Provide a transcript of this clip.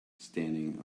standing